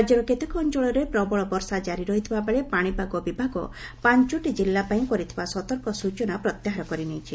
ରାଜ୍ୟର କେତେକ ଅଞ୍ଚଳରେ ପ୍ରବଳ ବର୍ଷା ଜାରି ରହିଥିବାବେଳେ ପାଣିପାଗ ବିଭାଗ ପାଞ୍ଚଟି ଜିଲ୍ଲାପାଇଁ କରିଥିବା ସତର୍କ ସ୍ଟଚନା ପ୍ରତ୍ୟାହାର କରିନେଇଛି